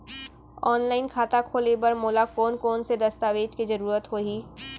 Online खाता खोले बर मोला कोन कोन स दस्तावेज के जरूरत होही?